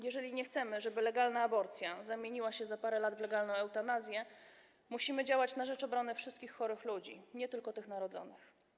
Jeżeli nie chcemy, żeby legalna aborcja zamieniła się za parę lat w legalne eutanazje, musimy działać na rzecz obrony wszystkich chorych ludzi, nie tylko tych narodzonych.